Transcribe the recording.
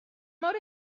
mor